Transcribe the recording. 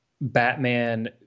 Batman